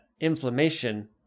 inflammation